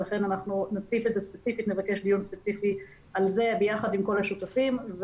ולכן אנחנו נבקש דיון ספציפי על זה ביחד עם כל השותפים.